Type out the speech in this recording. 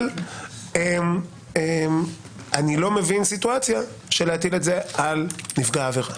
אבל אני לא מבין סיטואציה להטיל את זה על נפגע עבירה.